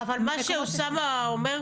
אבל מה שאוסאמה אומר פה,